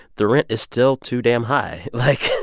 the rent is still too damn high. like.